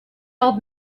old